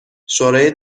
شورای